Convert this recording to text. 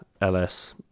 ls